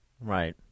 Right